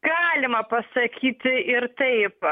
galima pasakyti ir taip